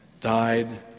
died